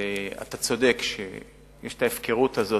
ואתה צודק שיש ההפקרות הזאת